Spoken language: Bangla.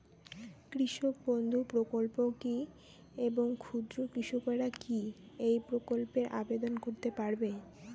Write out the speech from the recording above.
কৃষক বন্ধু প্রকল্প কী এবং ক্ষুদ্র কৃষকেরা কী এই প্রকল্পে আবেদন করতে পারবে?